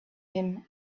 him